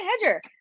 hedger